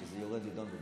ההצעה להעביר את הנושא